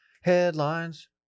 Headlines